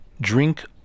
drink